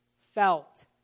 felt